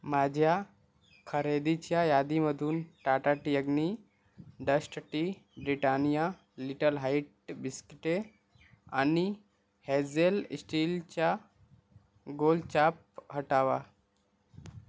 माझ्या खरेदीच्या यादीमधून Tata tea Agni dust tea Britannia little heart बिस्किटे आणि हॅझेल स्टीलच्या गोलचाप हटवा